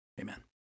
Amen